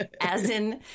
Asin